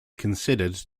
considered